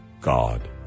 God